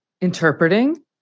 interpreting